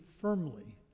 firmly